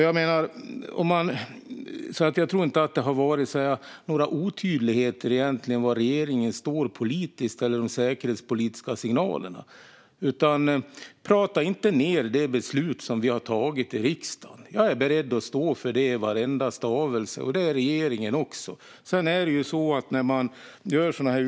Jag tror inte att det har funnits någon otydlighet i var regeringen står politiskt eller i de säkerhetspolitiska signalerna. Prata inte ned det beslut riksdagen har tagit. Jag och regeringen är beredd att stå för varenda stavelse.